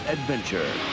Adventure